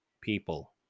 people